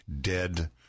dead